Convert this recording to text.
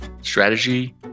strategy